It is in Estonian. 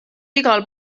igal